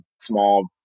small